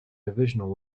divisional